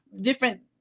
different